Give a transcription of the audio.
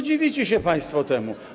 Dziwicie się państwo temu.